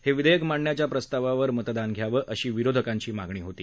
हाविधेयक मांडण्याच्या प्रस्ताववर मतदान घ्यावं अशी विरोधकांची मागणी होती